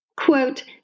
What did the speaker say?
Quote